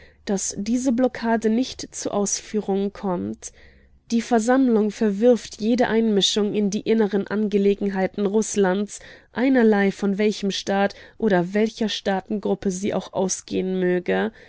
daß diese blockade nicht zur ausführung kommt die versammlung verwirft jede einmischung in die inneren angelegenheiten rußlands einerlei von welchem staat oder welcher staatengruppe sie auch ausgehen möge